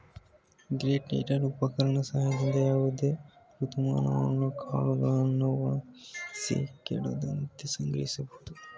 grain dryer ಉಪಕರಣದ ಸಹಾಯದಿಂದ ಯಾವುದೇ ಋತುಮಾನಗಳು ಕಾಳುಗಳನ್ನು ಒಣಗಿಸಿ ಕೆಡದಂತೆ ಸಂಗ್ರಹಿಸಿಡಬೋದು